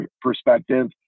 perspective